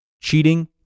Cheating